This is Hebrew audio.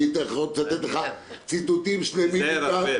אני יכול להראות לך ציטוטים שלמים.